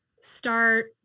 start